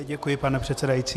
Děkuji, pane předsedající.